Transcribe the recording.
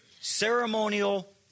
ceremonial